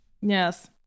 Yes